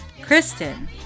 Kristen